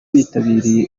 bitabiriye